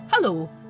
Hello